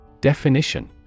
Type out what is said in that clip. Definition